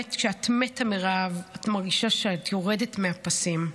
כשאת מתה מרעב, את מרגישה שאת יורדת מהפסים.